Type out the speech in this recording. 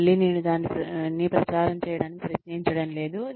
మళ్ళీ నేను దానిని ప్రచారం చేయడానికి ప్రయత్నించడం లేదు